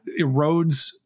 erodes